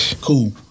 cool